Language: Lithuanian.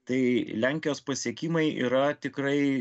tai lenkijos pasiekimai yra tikrai